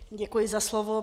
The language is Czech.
Děkuji za slovo.